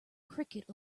cricket